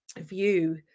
view